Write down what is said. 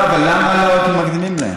אבל למה לא מקדימים להם?